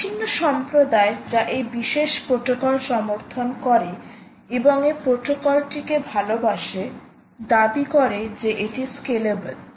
বিভিন্ন সম্প্রদায় যা এই বিশেষ প্রোটোকল সমর্থন করে এবং এই প্রোটোকলটিকে ভালবাসে দাবি করে যে এটি স্কেলেবল